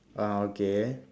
ah okay